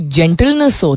gentleness